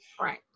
Right